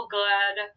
good